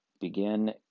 begin